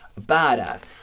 badass